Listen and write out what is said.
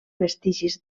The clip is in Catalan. vestigis